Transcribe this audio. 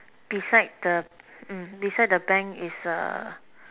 beside the mm beside the bank is a